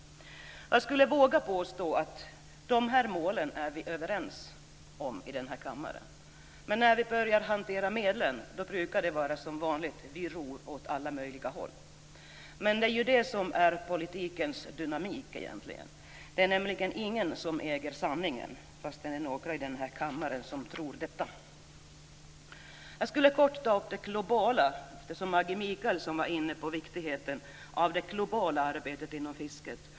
Jag vågar påstå att vi i den här kammaren är överens om de här målen, men när vi börjar hantera medlen brukar vi vanligtvis ro åt alla möjliga håll. Men det är ju egentligen det som är politikens dynamik. Det är nämligen ingen som äger sanningen, fastän det finns några i den här kammaren som tror det. Jag skall kort ta upp det globala perspektivet, eftersom Maggi Mikaelsson var inne på vikten av det globala arbetet inom fisket.